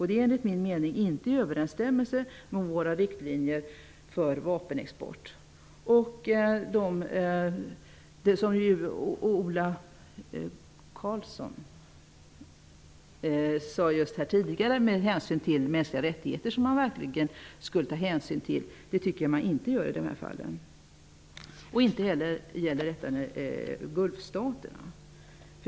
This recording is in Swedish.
Den är, enligt min mening, inte i överensstämmelse med våra riktlinjer för vapenexport. Ola Karlsson talade tidigare om mänskliga rättigheter, som man verkligen skall ta hänsyn till. Det tycker jag inte att man gör i detta fall. Det gäller också i fråga om Gulfstaterna.